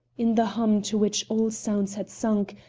in the hum to which all sounds had sunk,